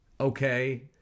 Okay